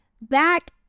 back